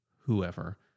whoever